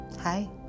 Hi